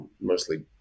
mostly